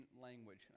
language